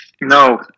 No